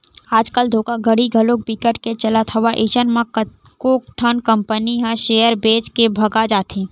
आज कल धोखाघड़ी घलो बिकट के चलत हवय अइसन म कतको ठन कंपनी ह सेयर बेच के भगा जाथे